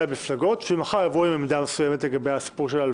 המפלגות כדי שמחר יבואו עם עמדה מסוימת לגבי ההלוואה.